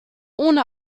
ohne